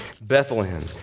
Bethlehem